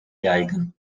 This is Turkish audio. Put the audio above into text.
yaygın